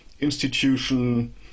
institution